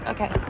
Okay